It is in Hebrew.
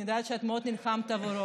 אני יודעת שאת מאוד נלחמת עבורו.